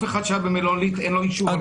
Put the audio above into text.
לאף אחד שהיה במלונית אין אישור על כך.